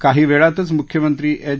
काही वळीतच मुख्यमंत्री एच